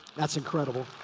that's incredible.